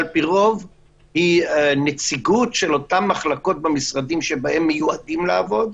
היא נציגות של אותן מחלקות במשרדים שבהן הם מיועדים לעבוד,